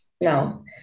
No